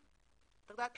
תודה.